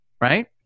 right